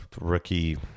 rookie